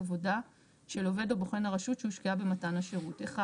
עבודה של עובד או בוחן הרשות שהושקעה במתן השירות: (1)